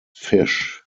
fish